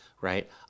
right